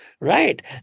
right